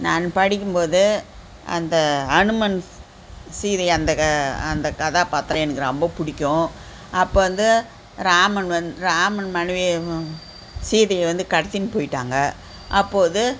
நான் படிக்கும் போது அந்த அனுமன் சீதை அந்த அந்த கதாபாத்திரம் எனக்கு ரொம்ப பிடிக்கும் அப்போ வந்து ராமன் ராமன் மனைவி சீதையை வந்து கடத்தின்னு போய்விட்டாங்க அப்போது